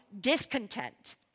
discontent